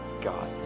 God